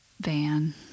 van